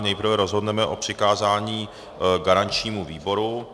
Nejprve rozhodneme o přikázání garančnímu výboru.